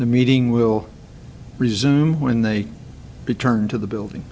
the meeting will resume when they return to the building